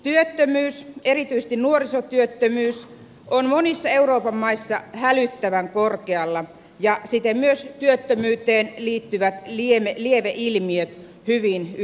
työttömyys erityisesti nuorisotyöttömyys on monissa euroopan maissa hälyttävän korkealla ja siten myös työttömyyteen liittyvät lieveilmiöt hyvin yleisiä